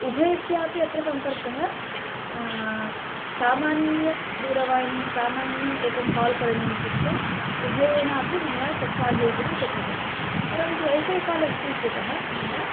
उभयस्यापि अत्र सम्पर्कः सामान्यदूरवाणी सामान्यम् एकं काल् करणीयमित्युक्तौ उभयेन अपि मया तत् साधयितुं न शक्यते परन्तु वैफ़ै काल् अस्ति इत्यतः मया